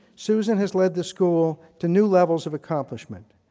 susan has lead the school to new levels of accomplishment.